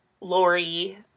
Lori